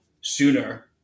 sooner